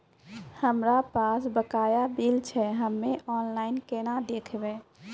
हमरा पास बकाया बिल छै हम्मे ऑनलाइन केना देखबै?